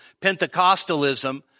Pentecostalism